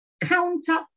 counter